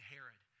Herod